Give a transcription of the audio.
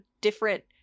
different